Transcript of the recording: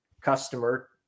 customer